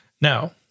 Now